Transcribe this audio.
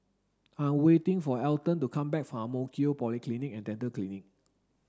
I'm waiting for Elton to come back from Ang Mo Kio Polyclinic and Dental Clinic